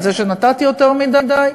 בזה שנתתי יותר מדי.